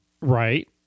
Right